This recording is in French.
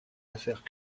affaires